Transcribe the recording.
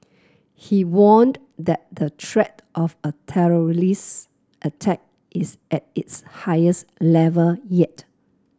he warned that the threat of a terrorist attack is at its highest level yet